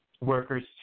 workers